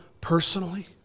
personally